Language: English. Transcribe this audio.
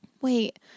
wait